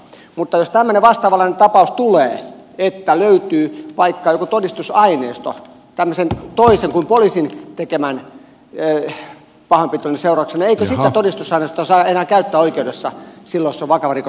jos tämmöinen vastaavanlainen tapaus tulee että löytyy vaikka joku todistusaineisto tämmöisen toisen kuin poliisin tekemän pahoinpitelyn seurauksena eikö sitä todistusaineistoa saa enää käyttää oikeudessa silloin jos on vakava rikos kysymyksessä